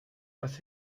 was